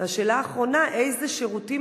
והשאלה האחרונה, איזה שירותים